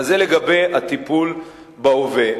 זה לגבי הטיפול בהווה.